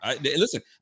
Listen